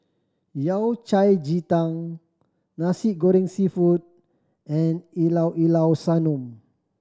Yao Cai ji tang Nasi Goreng Seafood and Llao Llao Sanum